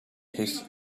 his